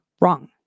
Wrong